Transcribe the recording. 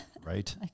Right